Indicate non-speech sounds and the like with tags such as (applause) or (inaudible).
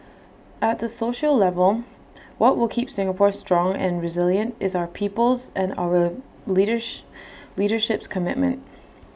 at the social level what will keep Singapore strong and resilient is our people's and our (unintelligible) leadership's commitment